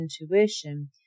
intuition